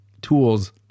tools